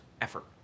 effort